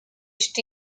phd